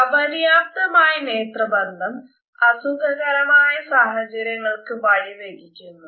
അപര്യാപ്തമായ നേത്രബന്ധം അസുഖകരമായ സാഹചര്യങ്ങൾക്ക് വഴി വയ്ക്കുന്നു